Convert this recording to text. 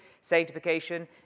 Sanctification